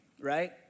right